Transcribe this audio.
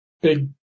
big